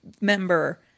member